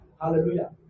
Hallelujah